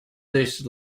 this